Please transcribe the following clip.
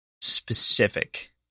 specific